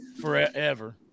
forever